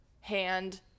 hand